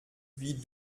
wie